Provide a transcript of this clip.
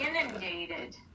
inundated